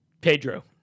Pedro